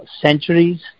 centuries